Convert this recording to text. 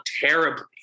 terribly